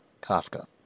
Kafka